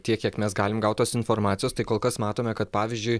tiek kiek mes galim gautos informacijos tai kol kas matome kad pavyzdžiui